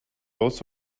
lots